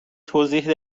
توضیح